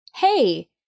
Hey